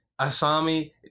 Asami